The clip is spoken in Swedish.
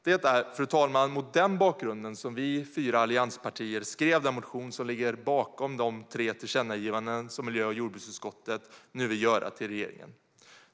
Det är, fru talman, mot den bakgrunden som vi fyra allianspartier skrev den motion som ligger bakom de tre tillkännagivanden som miljö och jordbruksutskottet nu vill göra till regeringen.